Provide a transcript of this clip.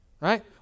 Right